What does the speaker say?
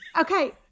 Okay